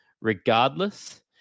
regardless